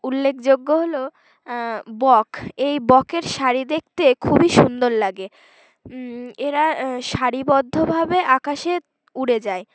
উল্লেখযোগ্য হল বক এই বকের শাড়ি দেখতে খুবই সুন্দর লাগে এরা শাড়িবদ্ধভাবে আকাশে উড়ে যায়